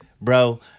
bro